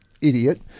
idiot